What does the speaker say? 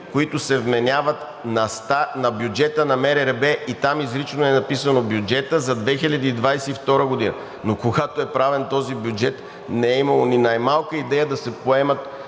които се вменяват на бюджета на МРРБ и там изрично е написано: „бюджета за 2022 г.“ Но когато е правен този бюджет, не е имало ни най-малка идея да се поеме